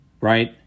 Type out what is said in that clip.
right